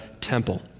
temple